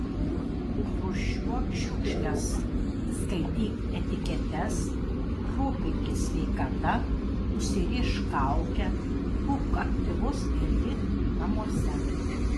rūšiuok šiukšles skaityk etiketes rūpinkis sveikata užsirišk kaukę būk aktyvus ir lik namuose